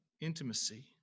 intimacy